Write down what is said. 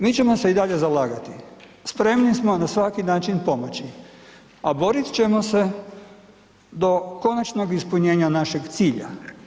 Mi ćemo se i dalje zalagati, spremni smo na svaki način pomoći, a borit ćemo se do konačnog ispunjenja našeg cilja.